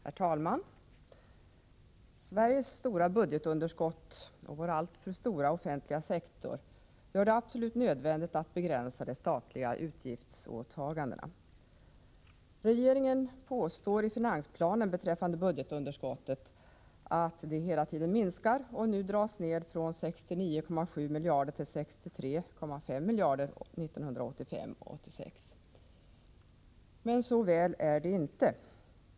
Herr talman! Sveriges stora budgetunderskott och vår alltför stora offentliga sektor gör det absolut nödvändigt att begränsa de statliga utgiftsåtagandena. Regeringen påstår i finansplanen beträffande budgetunderskottet att detta hela tiden minskar och nu dras ned från 69,7 miljarder till 63,5 miljarder 1985/86. Men så väl är det inte.